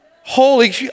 Holy